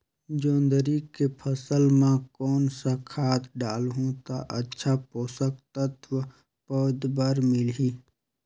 जोंदरी के फसल मां कोन सा खाद डालहु ता अच्छा पोषक तत्व पौध बार मिलही?